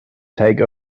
take